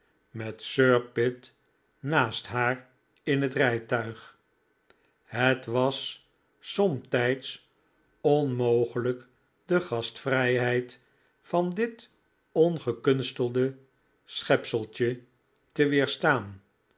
met sir pitt naast haar in het rijtuig het was somtijds onmogelijk de gastvrijheid van dit ongekunstelde schepseltje te weerstaan